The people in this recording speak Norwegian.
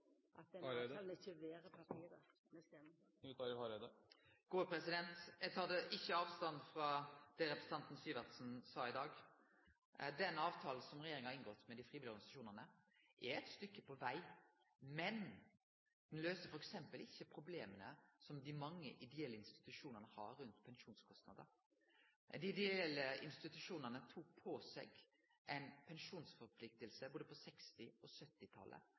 avtalen ikkje er verd papiret han er skriven på? Eg tek ikkje avstand frå det representanten Syversen sa i dag. Avtalen regjeringa har inngått med dei frivillige organisasjonane, er eit stykke på veg, men den løyser f.eks. ikkje problema som dei mange ideelle institusjonane har rundt pensjonskostnader. Dei ideelle institusjonane tok på seg ei pensjonsforplikting på både 1960- og 1970-talet. For å vere ein